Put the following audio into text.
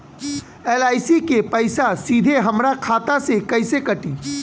LIC के पईसा सीधे हमरा खाता से कइसे कटी?